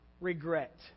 regret